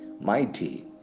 mighty